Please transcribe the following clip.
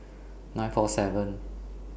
nine four seven